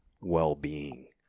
well-being